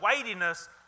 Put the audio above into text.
weightiness